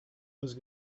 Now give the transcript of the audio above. was